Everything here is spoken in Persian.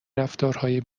رفتارهای